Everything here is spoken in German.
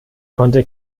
konnte